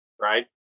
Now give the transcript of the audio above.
right